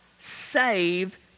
Save